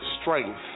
strength